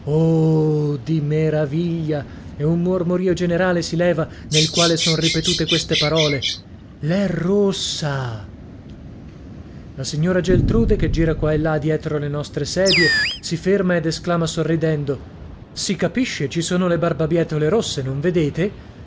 ooooh di meraviglia e un mormorio generale si leva nel quale son ripetute queste parole l'è rossa la signora geltrude che gira qua e là dietro le nostre sedie si ferma ed esclama sorridendo si capisce ci sono le barbabietole rosse non vedete